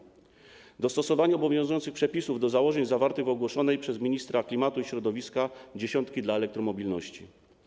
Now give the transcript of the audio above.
Chodzi także o dostosowanie obowiązujących przepisów do założeń zawartych w ogłoszonej przez ministra klimatu i środowiska dziesiątce dla elektromobilności.